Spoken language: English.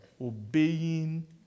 obeying